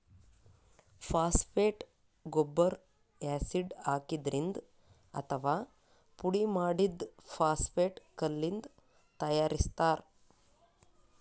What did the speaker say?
phosphate ಗೊಬ್ಬರ್ acid ಹಾಕಿದ್ರಿಂದ್ ಅಥವಾ ಪುಡಿಮಾಡಿದ್ದ್ ಫಾಸ್ಫೇಟ್ ಕಲ್ಲಿಂದ್ ತಯಾರಿಸ್ತಾರ್